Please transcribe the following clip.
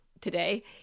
today